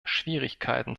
schwierigkeiten